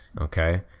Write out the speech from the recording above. Okay